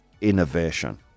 innovation